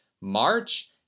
March